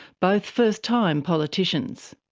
both first-time politicians.